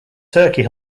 turkey